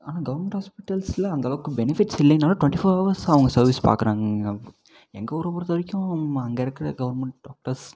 ஆனால் கவுர்ன்மெண்ட் ஹாஸ்பிட்டல்ஸில் அந்த அளவுக்கு பெனிஃபிட்ஸ் இல்லைனாலும் டூவெண்ட்டி ஃபோர் ஹவர்ஸ் அவங்க சர்வீஸ் பார்க்குறாங்க எங்கள் ஊரை பொறுத்த வரைக்கும் அவங்க அங்கே இருக்கிற கவர்ன்மெண்ட் டாக்டர்ஸ்